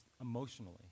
emotionally